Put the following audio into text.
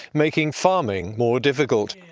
making farming more difficult,